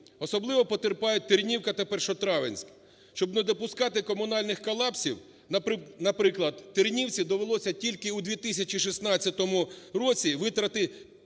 Особливо потерпають Тернівка та Першотравенськ. Щоб не допускати комунальних колапсів, наприклад, Тернівці довелося тільки у 2016 році витратити